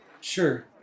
Sure